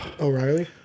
O'Reilly